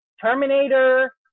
Terminator